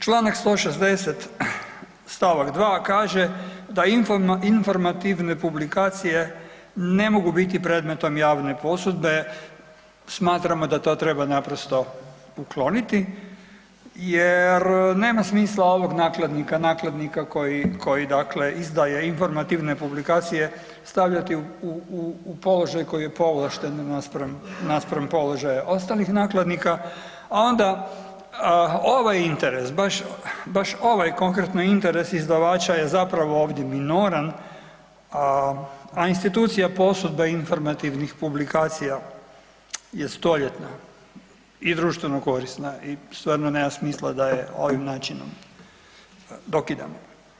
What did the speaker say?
Čl. 160 st. 2 kaže da informativne publikacije ne mogu biti predmetom javne posudbe, smatramo da to treba naprosto ukloniti jer nema smisla ovog nakladnika, nakladnika koji, dakle izdaje informativne publikacije, stavljati u položaj koji je povlašten naspram položaja ostalih nakladnika, a onda ovaj interes, baš ovaj konkretno interes izdavača je zapravo ovdje minoran, a institucija posudbe informativnih publikacija je stoljetna i društveno korisna i stvarno nema smisla da je ovim načinom dokidamo.